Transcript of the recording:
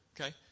Okay